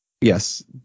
Yes